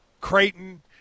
Creighton